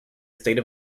state